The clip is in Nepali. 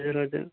हजुर हजुर